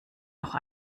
auch